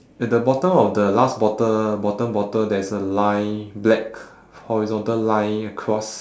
at the bottom of the last bottle bottom bottle there is a line black horizontal line across